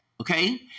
Okay